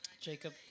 Jacob